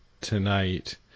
tonight